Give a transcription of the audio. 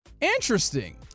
Interesting